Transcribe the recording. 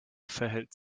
verhält